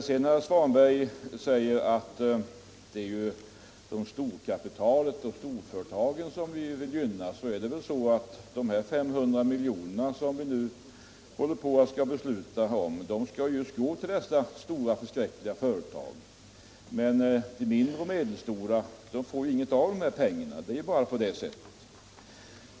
Herr Svanberg sade att vi vill gynna storföretagen och storkapitalet, men det är ju så att de 500 miljoner som vi nu skall besluta om går just till dessa stora företag, medan de mindre och medelstora ingenting får med av de pengarna. Det är bara på det sättet.